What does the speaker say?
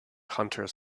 hunters